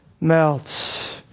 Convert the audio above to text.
melts